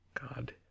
god